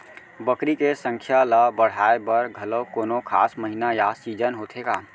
बकरी के संख्या ला बढ़ाए बर घलव कोनो खास महीना या सीजन होथे का?